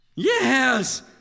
Yes